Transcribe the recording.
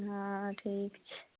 हँ ठीक छै